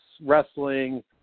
Wrestling